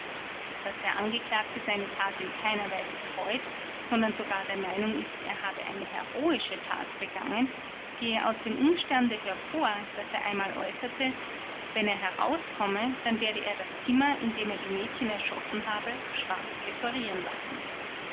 daß der angeklagte seine tat in keiner weise bereut sondern sogar der meinung ist er habe eine heroische tat begangen geht aus dem umstande hervor daß er einmal äußerte wenn er herauskomme dann werde er das zimmer in dem er die mädchen erschossen habe schwarz dekorieren lassen